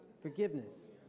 forgiveness